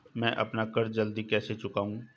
मैं अपना कर्ज जल्दी कैसे चुकाऊं?